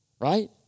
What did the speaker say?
right